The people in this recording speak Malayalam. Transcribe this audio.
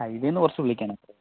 ഹൈവേന്ന് കുറച്ച് ഉള്ളിക്കാണ്